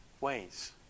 ways